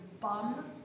bum